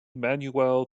manuel